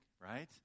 right